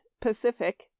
Pacific